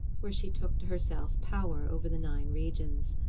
where she took to herself power over the nine regions.